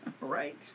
Right